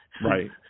Right